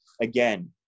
again